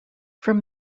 from